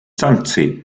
санкции